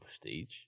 prestige